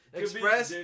express